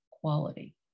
quality